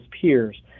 peers